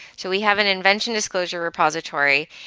so we have an invention disclosure repository,